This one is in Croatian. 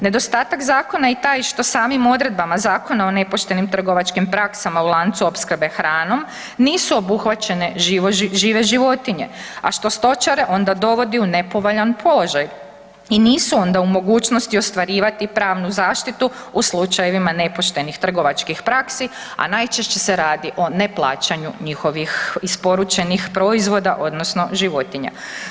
Nedostatak zakona je i taj što samim odredbama Zakona o nepoštenim trgovačkim praksama u lancu opskrbe hranom nisu obuhvaćene žive životinje, a što stočare onda dovodi u nepovoljan položaj i nisu onda u mogućnosti ostvarivati pravnu zaštitu u slučajevima nepoštenih trgovačkih praksi, a najčešće se radi o neplaćanju njihovih isporučenih proizvoda odnosno životinja.